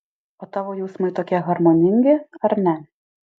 o tavo jausmai tokie harmoningi ar ne